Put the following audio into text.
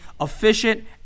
efficient